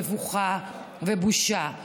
מבוכה ובושה.